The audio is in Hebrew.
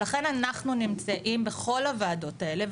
לכן אנחנו נמצאים בכל הוועדות האלה.